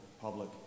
public